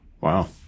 Wow